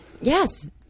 Yes